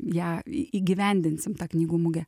ją įgyvendinsim tą knygų mugę